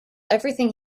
everything